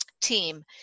team